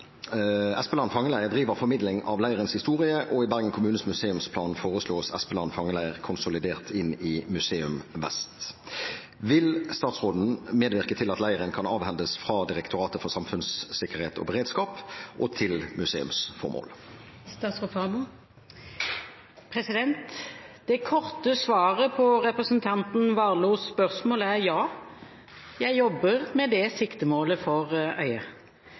Espeland fangeleir driver formidling av leirens historie, og i Bergen kommunes museumsplan foreslås Espeland fangeleir konsolidert inn i Museum Vest. Vil statsråden medvirke til at leiren kan avhendes fra Direktoratet for samfunnssikkerhet og beredskap til museumsformål?» Det korte svaret på representanten Warloes spørsmål er: Ja, jeg jobber med det siktemålet for